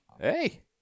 hey